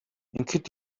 ингэхэд